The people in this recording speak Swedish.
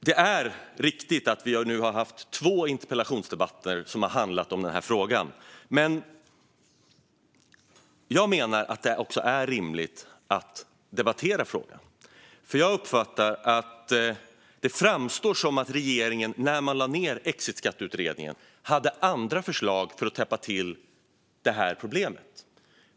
Det är riktigt att vi nu har haft två interpellationsdebatter i ämnet, men jag menar att det är rimligt att debattera detta. Det framstår som att regeringen när man lade ned utredningen om exitskatt hade andra förslag för att lösa problemet.